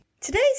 Today's